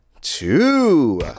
two